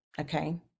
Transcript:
Okay